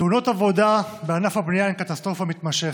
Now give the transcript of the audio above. תאונות עבודה בענף הבנייה הן קטסטרופה מתמשכת.